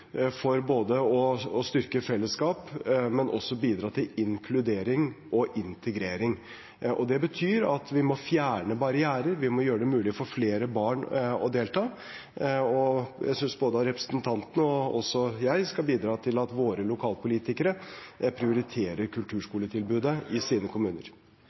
for både å styrke fellesskap og bidra til inkludering og integrering. Det betyr at vi må fjerne barrierer. Vi må gjøre det mulig for flere barn å delta. Jeg synes både representanten og også jeg skal bidra til at våre lokalpolitikere prioriterer kulturskoletilbudet i sine kommuner.